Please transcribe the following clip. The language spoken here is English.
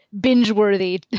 binge-worthy